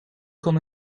kan